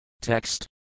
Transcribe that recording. Text